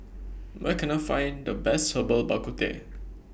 Where Can I Find The Best Herbal Bak Ku Teh